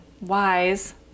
wise